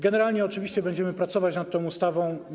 Generalnie oczywiście będziemy pracować nad tą ustawą.